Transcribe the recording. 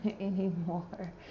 anymore